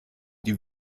die